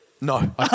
No